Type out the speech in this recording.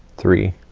three